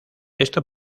esto